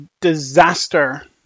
disaster